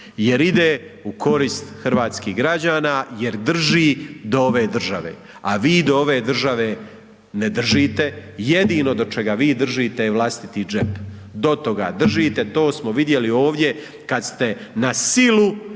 jer ide u korist hrvatskih građana, jer drži do ove države, a vi do ove države ne držite, jedino do čega vi držite je vlastiti džep, do toga držite, to smo vidjeli ovdje kad ste na silu